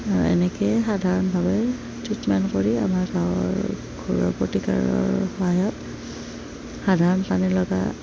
এনেকেই সাধাৰণভাৱে ট্ৰিটমেণ্ট কৰি আমাৰ গাঁৱৰ ঘৰুৱা প্ৰতিকাৰৰ সহায়ত সাধাৰণ পানী লগা